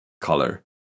color